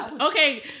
Okay